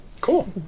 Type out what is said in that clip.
Cool